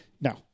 No